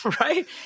Right